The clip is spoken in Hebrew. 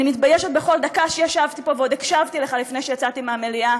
אני מתביישת בכל דקה שישבתי פה ועוד הקשבתי לך לפני שיצאתי מהמליאה,